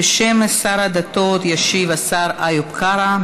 בשם שר הדתות ישיב השר איוב קרא.